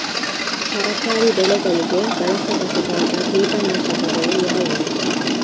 ತರಕಾರಿ ಬೆಳೆಗಳಿಗೆ ಬಳಸಬಹುದಾದ ಕೀಟನಾಶಕಗಳು ಯಾವುವು?